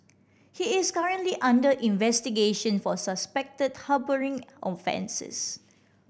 he is currently under investigation for suspected harbouring offences